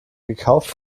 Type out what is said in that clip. gekauft